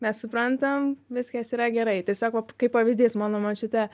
mes suprantam viskas yra gerai tiesiog va kaip pavyzdys mano močiutė